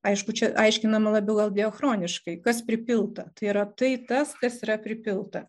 aišku čia aiškinama labiau gal diachroniškai kas pripilta tai yra tai tas kas yra pripilta